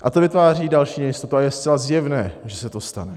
A to vytváří další nejistotu, a je zcela zjevné, že se to stane.